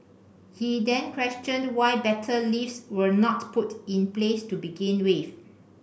he then questioned why better lifts were not put in place to begin with